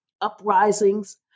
uprisings